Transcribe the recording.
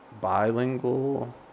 bilingual